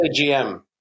GM